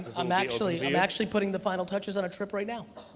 i'm actually i'm actually putting the final touches on a trip right now.